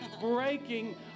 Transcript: breaking